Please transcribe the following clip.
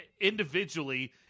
Individually